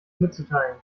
mitzuteilen